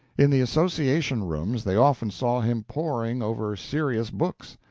in the association rooms they often saw him poring over serious books.